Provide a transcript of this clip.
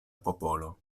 popolo